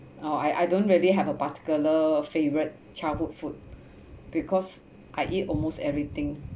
oh I I don't really have a particular favourite childhood food because I eat almost everything